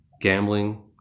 Gambling